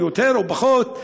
או יותר או פחות,